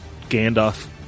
Gandalf